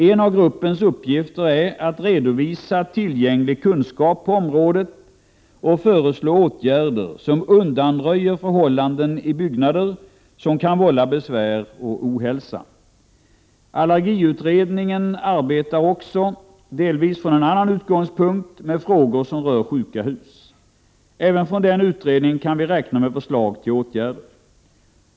En av gruppens uppgifter är att redovisa tillgänglig kunskap på området och föreslå åtgärder som undanröjer förhållanden i byggnader som kan vålla besvär och ohälsa. Allergiutredningen arbetar också — delvis från en annan utgångspunkt — med frågor som rör sjuka hus. Även från den utredningen kan vi räkna med förslag till åtgärder.